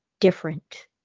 different